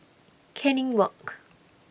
Canning Walk